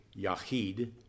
Yahid